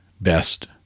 best